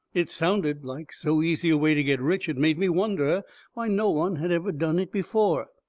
it sounded like so easy a way to get rich it made me wonder why no one had ever done it before,